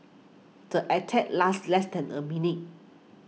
the attack lasted less than a minute